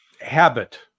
habit